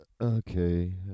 Okay